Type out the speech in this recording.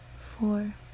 four